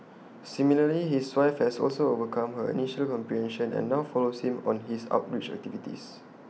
similarly his wife has also overcome her initial apprehension and now follows him on his outreach activities